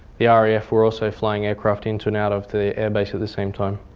the ah raf were also flying aircraft into and out of the airbase at the same time.